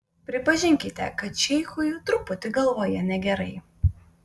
pripažinkite kad šeichui truputį galvoje negerai